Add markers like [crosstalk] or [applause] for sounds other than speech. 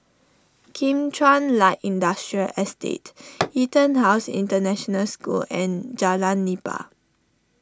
Kim Chuan Light Industrial Estate [noise] EtonHouse International School and Jalan Nipah